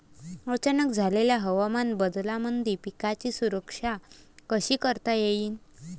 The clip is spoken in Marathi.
अचानक झालेल्या हवामान बदलामंदी पिकाची सुरक्षा कशी करता येईन?